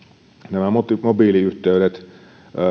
nämä mobiiliyhteydet